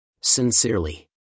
Sincerely